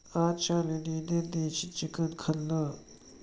आज शालिनीने देशी चिकन खाल्लं